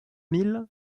milles